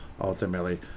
ultimately